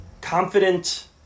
confident